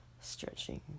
stretching